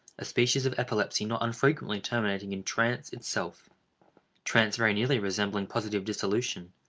a species of epilepsy not unfrequently terminating in trance itself trance very nearly resembling positive dissolution,